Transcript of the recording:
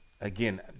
again